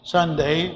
Sunday